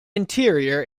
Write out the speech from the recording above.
interior